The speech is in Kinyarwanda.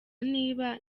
niba